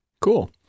Cool